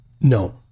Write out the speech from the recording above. No